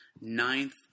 Ninth